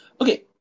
Okay